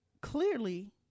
clearly